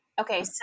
Okay